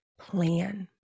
plan